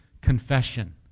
confession